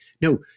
no